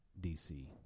DC